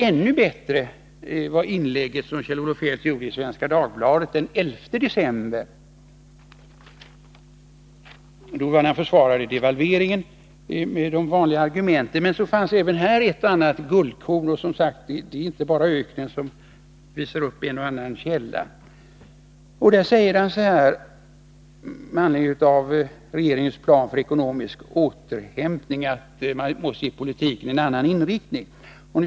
Ännu bättre var det inlägg som Kjell-Olof Feldt gjorde i Svenska Dagbladet den 11 december, då han försvarade devalveringen med de vanliga argumenten. Men även här fanns ett och annat guldkorn — det är alltså inte bara öknen som visar upp en och annan källa. Kjell-Olof Feldt säger med anledning av regeringens plan för ekonomisk återhämtning att man måste ge politiken en annan inriktning.